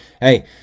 hey